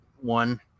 one